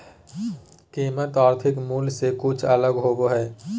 कीमत आर्थिक मूल से कुछ अलग होबो हइ